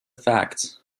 facts